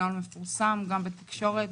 נוהל מפורסם גם בתקשורת,